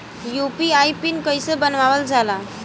UPI PIN कइसे बनावल जाला?